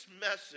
message